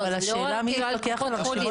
אבל שב"ן פה?